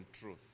truth